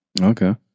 Okay